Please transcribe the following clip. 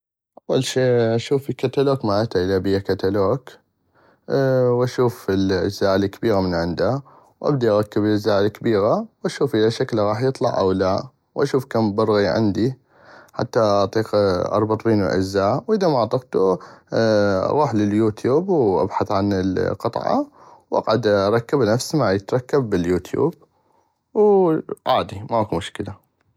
اول شي اشوف الكتلوك مالتا اذا بيها كتلوك واشوف الاجزاء الكبيرة من عندا والدي اغكب الاجزاء الكبيرة واشوف اذا شكلها راح يطلع او لا واشوف كم برغي عندي حتى اطيق اربط بينو الاجزاء واذا ما طقتو اغوح لليوتيوب وابحث عن القطعة واقعد اركبها نفس ما يتركب بل اليوتيوب وعادي ماكو مشكلة.